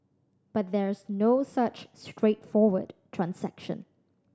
but there's no such straightforward transaction